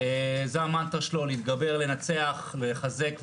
זאת המנטרה שלו "להתגבר, לנצח, לחזק ולעודד".